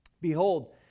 Behold